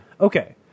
Okay